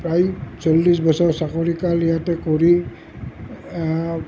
প্ৰায় চল্লিছ বছৰ চাকৰি কাল ইয়াতে কৰি